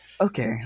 okay